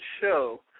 show